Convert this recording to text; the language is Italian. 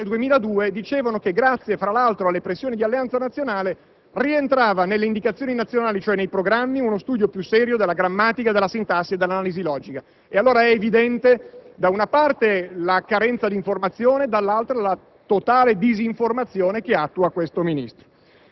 Questi stessi giornali il 9 novembre 2002 dicevano che grazie alle pressioni di Alleanza Nazionale rientrava nelle indicazioni nazionali, cioè nei programmi, uno studio più serio della grammatica, della sintassi e dell'analisi logica. È dunque evidente la carenza d'informazione e la totale